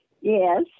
Yes